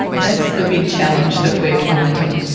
that's the big challenge that we are finding.